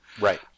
Right